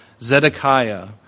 Zedekiah